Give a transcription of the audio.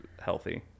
healthy